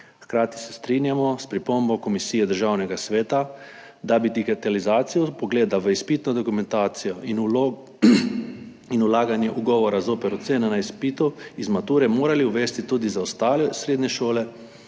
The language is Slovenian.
Hkrati se strinjamo s pripombo komisije Državnega sveta, da bi digitalizacijo vpogleda v izpitno dokumentacijo in vlaganje ugovora zoper ocene na izpitu iz mature morali uvesti tudi za ostale srednje šole